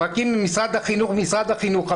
פרקים של משרד החינוך משרד החינוך,